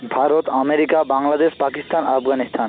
Bharat America Bangladesh Pakistan Afghanistan